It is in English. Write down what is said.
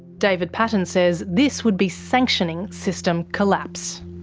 david paton says this would be sanctioning system collapse.